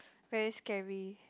very scary